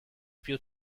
più